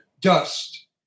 dust